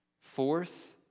Fourth